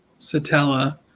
Satella